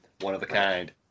one-of-a-kind